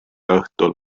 õhtul